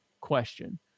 question